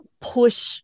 push